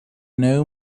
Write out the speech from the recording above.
know